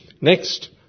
Next